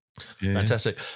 Fantastic